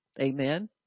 Amen